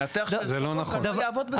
מנתח של סורוקה לא יעבוד בסורוקה.